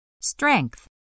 Strength